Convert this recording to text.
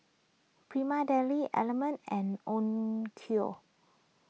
Prima Deli Element and Onkyo